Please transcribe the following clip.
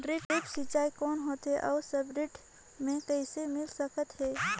Drip सिंचाई कौन होथे अउ सब्सिडी मे कइसे मिल सकत हे?